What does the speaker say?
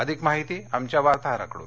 अधिक माहिती आमच्या वार्ताहराकडून